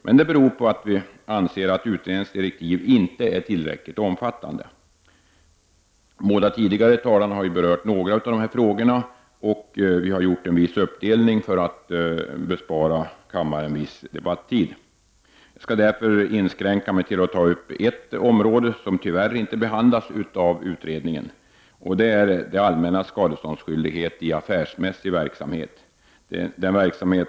Men det beror på att vi anser att utredningens direktiv inte är tillräckligt omfattande. De båda tidigare talarna har ju berört några av dessa frågor, och vi har gjort en viss uppdelning för att bespara kammaren viss debattid. Jag skall därför inskränka mig till att ta upp ett område som tyvärr inte behandlas av utredningen, nämligen det allmännas skadeståndsskyldighet i affärsmässig verksamhet.